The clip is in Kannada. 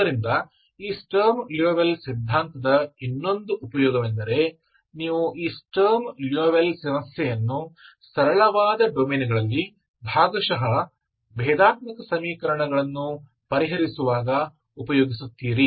ಆದ್ದರಿಂದ ಈ ಸ್ಟರ್ಮ್ ಲಿಯೋವಿಲ್ಲೆ ಸಿದ್ಧಾಂತದ ಇನ್ನೊಂದು ಉಪಯೋಗವೆಂದರೆ ನೀವು ಈ ಸ್ಟರ್ಮ್ ಲಿಯೋವಿಲ್ಲೆ ಸಮಸ್ಯೆಯನ್ನು ಸರಳವಾದ ಡೊಮೇನ್ಗಳಲ್ಲಿ ಭಾಗಶಃ ಭೇದಾತ್ಮಕ ಸಮೀಕರಣಗಳನ್ನು ಪರಿಹರಿಸುವಾಗ ಉಪಯೋಗಿಸುತ್ತೀರಿ